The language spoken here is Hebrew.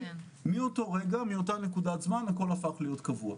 מאותו רגע הפך הכול להיות קבוע,